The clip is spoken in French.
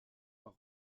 par